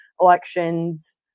elections